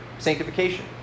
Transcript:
Sanctification